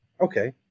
okay